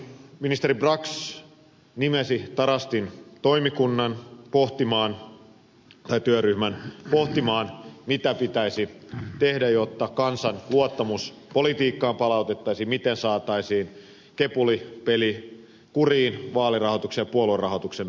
ministeri brax nimesi tarastin työryhmän pohtimaan mitä pitäisi tehdä jotta kansan luottamus politiikkaan palautettaisiin miten saataisiin kepulipeli kuriin vaalirahoituksen ja puoluerahoituksen osalta